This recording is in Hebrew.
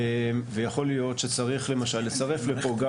ויכול להיות שצריך למשל לצרף פה גם